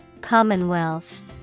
commonwealth